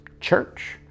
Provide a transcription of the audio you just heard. church